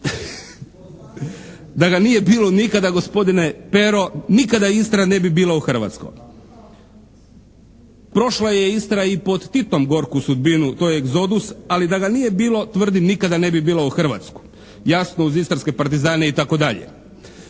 Da ga nije bilo nikada gospodine Pero, nikada Istra ne bi bila u Hrvatskoj. Prošla je Istra i pod Titom gorku sudbinu, to je egzodus, ali da ga nije bilo tvrdim nikada ne bi bio u Hrvatskoj, jasno uz istarske partizane itd.